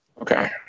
Okay